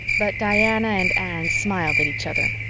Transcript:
but diana and anne smiled at each other.